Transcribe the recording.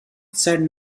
said